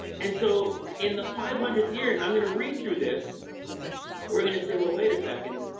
and so in the five hundredth year and i'm going to read through this we're going to say well, wait a second